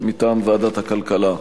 מטעם ועדת הכלכלה.